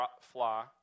flaw